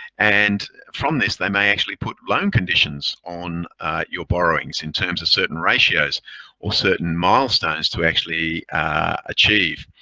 and from this, they may actually put loan conditions on your borrowings in terms of certain ratios or certain milestones to actually achieve.